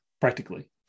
practically